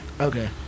Okay